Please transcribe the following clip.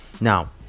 now